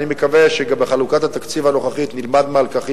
אני מקווה שבחלוקת התקציב הנוכחי נלמד מהלקחים